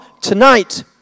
tonight